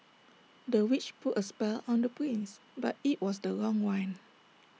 the witch put A spell on the prince but IT was the wrong one